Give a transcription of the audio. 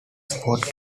sports